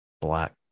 black